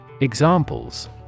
Examples